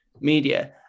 media